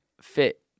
fit